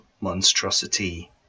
monstrosity